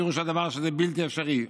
פירוש הדבר שזה בלתי אפשרי.